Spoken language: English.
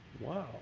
Wow